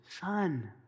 son